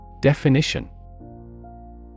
Definition